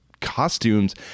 costumes